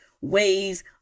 ways